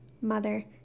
Mother